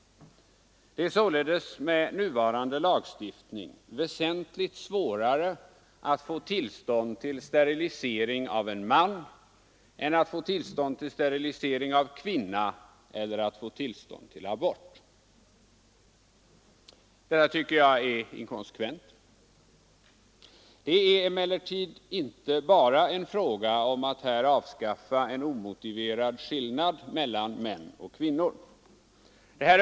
Det är således med nuvarande lagstiftning väsentligt svårare att få tillstånd till sterilisering av en man än att få tillstånd till abort eller till sterilisering av kvinna. Detta synes mig vara inkonsekvent. Det är emellertid inte bara en fråga om att avskaffa en omotiverad skillnad mellan män och kvinnor.